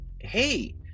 hey